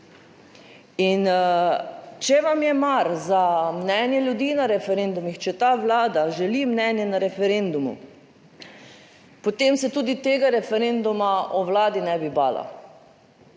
če vam je mar za mnenje ljudi na referendumih, če ta Vlada želi mnenje na referendumu, potem se tudi tega referenduma o Vladi ne bi bala.